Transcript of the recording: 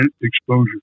exposure